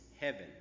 heaven